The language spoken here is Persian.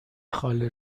خاله